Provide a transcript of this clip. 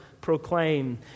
proclaim